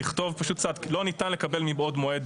זה לכתוב פשוט: לא ניתן לקבל מבעוד מועד